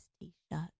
T-shirt